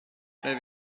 les